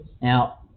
Now